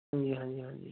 ਹਾਂਜੀ ਹਾਂਜੀ ਹਾਂਜੀ